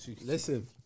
Listen